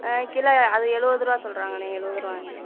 ஆ kilo அது எழுபது ருபா சொல்கிறாங்கண்ணே எழுபது ருபாண்ணே